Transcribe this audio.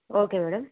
okay madam